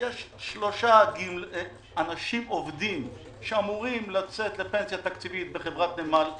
יש שלושה אנשים עובדים שאמורים לצאת לפנסיה תקציבית בחברת נמל אילת,